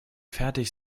fertig